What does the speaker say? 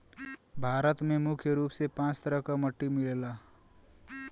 भारत में मुख्य रूप से पांच तरह क मट्टी मिलला